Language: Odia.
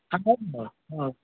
ହଉ ହଉ ହଁ